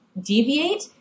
deviate